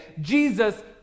Jesus